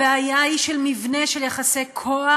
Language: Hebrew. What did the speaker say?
הבעיה היא של מבנה של יחסי כוח,